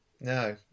No